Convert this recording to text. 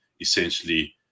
essentially